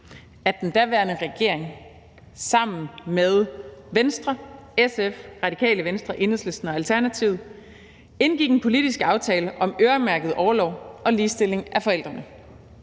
at den daværende regering sammen med Venstre, SF, Radikale Venstre, Enhedslisten og Alternativet indgik en politisk aftale om øremærket orlov og ligestilling af forældrene.